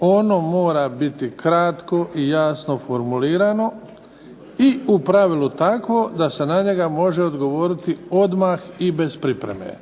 Ono mora biti kratko i jasno formulirano, i u pravilu takvo da se na njega može odgovoriti odmah i bez pripreme.